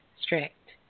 strict